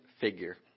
figure